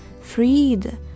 freed